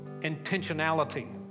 intentionality